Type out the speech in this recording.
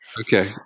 okay